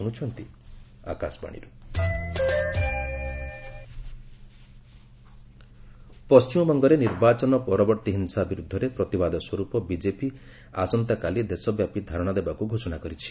ନଡ୍ଡା ବେଙ୍ଗଲ ପଶ୍ଚିମବଙ୍ଗରେ ନିର୍ବାଚନ ପରବର୍ତ୍ତୀ ହିଂସା ବିରୁଦ୍ଧରେ ପ୍ରତିବାଦ ସ୍ୱର୍ପ ବିଜେପି ଆସନ୍ତାକାଲି ଦେଶବ୍ୟାପୀ ଧାରଣା ଦେବାକୁ ଘୋଷଣା କରିଛି